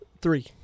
three